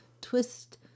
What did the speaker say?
twist